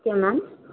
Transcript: okay ma'am